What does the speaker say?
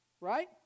Right